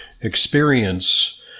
experience